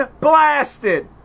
blasted